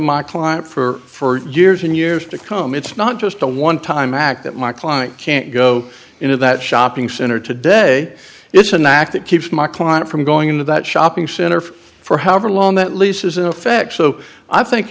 my client for years and years to come it's not just a one time act that my client can't go into that shopping center today it's an act that keeps my client from going into that shopping center for for however long that lease is in effect so i think